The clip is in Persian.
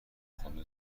خوابه